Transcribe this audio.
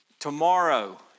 Tomorrow